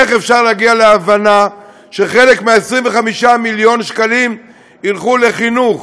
איך אפשר להגיע להבנה שחלק מ-25 מיליון השקלים ילכו לחינוך.